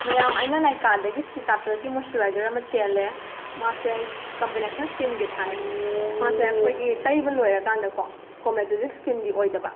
ꯃꯌꯥꯝ ꯑꯩꯅ ꯂꯥꯏꯀꯥꯗꯒꯤ ꯁꯤꯇꯥꯄꯜꯒꯤ ꯃꯣꯁꯆꯨꯔꯥꯏꯖꯔ ꯑꯃ ꯆꯦꯜꯂꯦ ꯃꯁꯤ ꯀꯝꯕꯤꯅꯦꯁꯟ ꯁ꯭ꯀꯤꯟꯒꯤ ꯊꯥꯏ ꯃꯥꯁꯤ ꯑꯩꯈꯣꯏꯒꯤ ꯇꯩꯕ ꯂꯣꯏꯔꯀꯥꯟꯗꯀꯣ ꯀꯣꯃꯦꯖꯤꯖꯤꯛꯁ ꯁ꯭ꯀꯤꯟꯒꯤ ꯑꯣꯏꯗꯕ